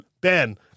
Ben